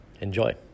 Enjoy